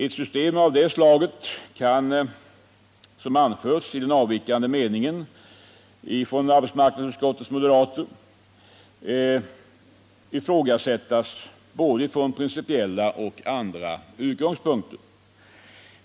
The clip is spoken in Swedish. Ett system av det slaget kan, som av arbetsmarknadsutskottets moderater anförts i den avvikande meningen till detta yttrande, ifrågasättas från både principiella och andra utgångspunkter.